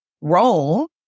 role